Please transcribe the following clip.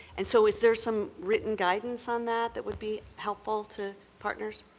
and so is there some written guidance on that that would be helpful to partners?